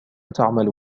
تعمل